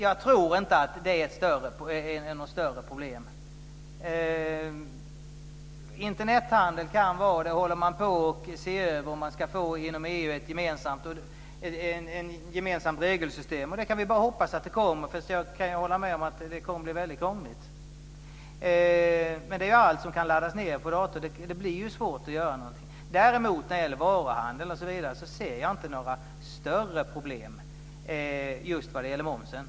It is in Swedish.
Jag tror inte att det är något större problem. Internethandeln kan vara ett problem, och man håller på att se över om det ska bli ett gemensamt regelsystem inom EU. Vi kan bara hoppas att det kommer, men jag kan hålla med om att det kommer att bli väldigt krångligt. Det gäller allt som laddas ned på en dator. Det blir svårt att göra någonting. Däremot när det gäller varuhandel osv. ser jag inte några större problem just vad gäller momsen.